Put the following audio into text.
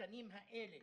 בשנים האלה,